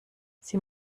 sie